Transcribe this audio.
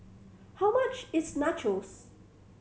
how much is Nachos